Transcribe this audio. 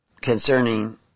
concerning